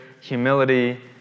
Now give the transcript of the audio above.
humility